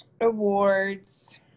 Awards